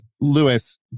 lewis